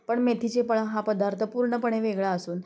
पण मेथीचे फळं हा पदार्थ पूर्णपणे वेगळा असून